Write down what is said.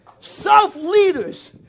Self-leaders